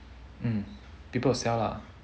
mm people will sell ah